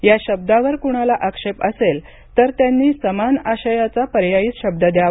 या शब्दावर कुणालाचा आक्षेप असेल तर त्यांनी समान आशयाचा पर्यायी शब्द द्यावा